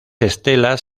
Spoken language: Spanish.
estelas